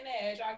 Edge